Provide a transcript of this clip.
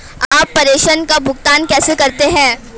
आप प्रेषण का भुगतान कैसे करते हैं?